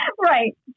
Right